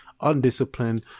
undisciplined